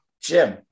Jim